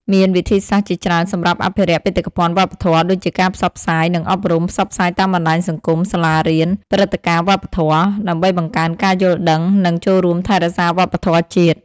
មានវិធីសាស្ត្រជាច្រើនសម្រាប់អភិរក្សបេតិកភណ្ឌវប្បធម៏ដូចជាការផ្សព្វផ្សាយ និងអប់រំ ផ្សព្វផ្សាយតាមបណ្តាញសង្គម សាលារៀន ព្រឹត្តិការណ៍វប្បធម៌ ដើម្បីបង្កើនការយល់ដឹង និង ចូលរួមថែរក្សាវប្បធម៌ជាតិ។